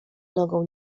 nogą